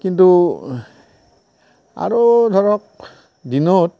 কিন্তু আৰু ধৰক দিনত